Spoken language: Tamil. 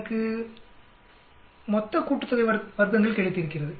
எனக்கு வர்க்கங்களின் மொத்த கூட்டுத்தொகை கிடைத்திருக்கிறது